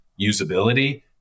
usability